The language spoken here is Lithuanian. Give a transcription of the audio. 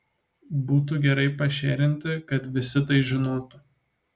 būtų gerai pašėrinti kad visi tai žinotų